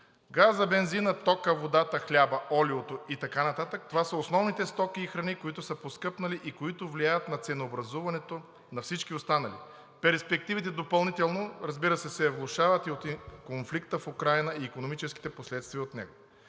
Газът, бензинът, токът, водата, хлябът, олиото и така нататък – това са основните стоки и храни, които са поскъпнали и които влияят на ценообразуването на всички останали. Перспективите допълнително, разбира се, се влошават и от конфликта в Украйна и икономическите последствия от него.